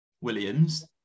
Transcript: Williams